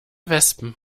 wespen